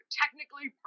technically